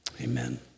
amen